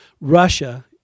Russia